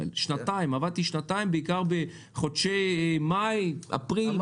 בעיקר בחודשי אפריל,